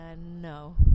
No